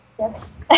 Yes